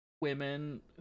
women